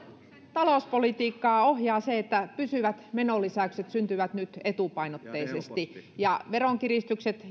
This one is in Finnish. talouspolitiikkaa ohjaa se että pysyvät menolisäykset syntyvät nyt etupainotteisesti ja veronkiristykset